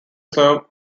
serve